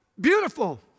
Beautiful